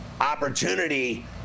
opportunity